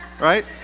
Right